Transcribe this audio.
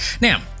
now